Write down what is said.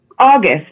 August